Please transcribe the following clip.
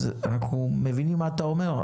אז אנחנו מבינים מה אתה אומר,